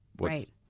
right